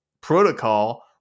protocol